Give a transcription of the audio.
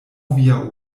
via